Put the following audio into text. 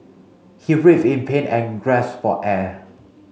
he writhed in pain and gasped for air